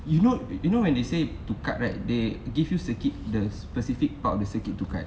you know you know when they said to cut right they give you the circuit the specific part of the circuit to cut